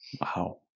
wow